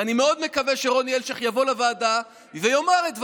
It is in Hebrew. ואני מאוד מקווה שרוני אלשיך יבוא לוועדה ויאמר את דברו.